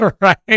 right